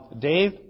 Dave